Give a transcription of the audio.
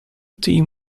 team